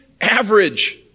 average